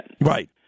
Right